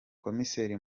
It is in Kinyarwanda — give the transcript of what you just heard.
komiseri